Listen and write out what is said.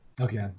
Okay